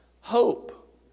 Hope